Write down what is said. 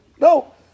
No